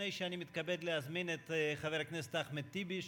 לפני שאני מתכבד להזמין את חבר הכנסת אחמד טיבי,